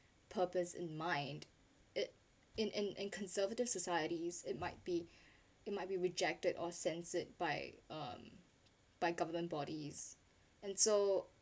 purpose in mind it in an and conservative societies it might be it might be rejected or censored by um by government bodies and so